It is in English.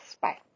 Bye